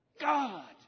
God